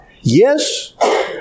yes